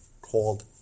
called